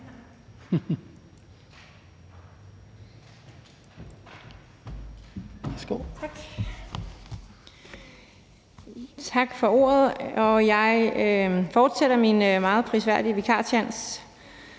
Tak for ordet. Jeg fortsætter min meget prisværdige vikartjans.